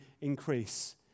increase